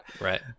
right